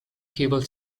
cable